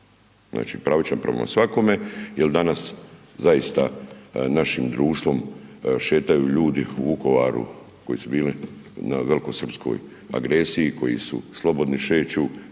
znači pravičan prema svakome jer danas zaista našim društvom šetaju ljudi u Vukovaru koji su bili na velikosrpskoj agresiji, koji su slobodni, šeću,